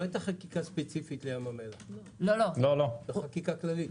לא חקיקה ספציפית לים המלח אלא חקיקה כללית.